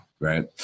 Right